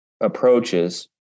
approaches